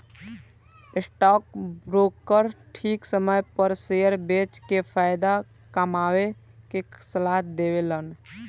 stock broker ठीक समय पर शेयर बेच के फायदा कमाये के सलाह देवेलन